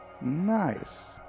Nice